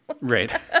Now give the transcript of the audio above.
right